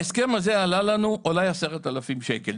ההסכם הזה עלה לנו אולי 10,000 שקל.